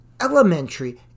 elementary